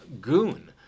goon